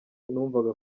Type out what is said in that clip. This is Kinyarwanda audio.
numvaga